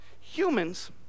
humans